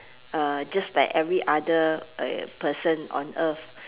uh just like every other uh person on earth